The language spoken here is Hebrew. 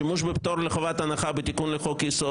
ושימוש בפטור מחובת הנחה בתיקון לחוק יסוד